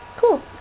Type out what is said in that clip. cool